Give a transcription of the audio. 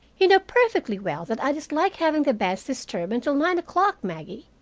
you know perfectly well that i dislike having the beds disturbed until nine o'clock, maggie.